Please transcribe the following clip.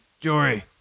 Jory